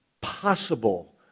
possible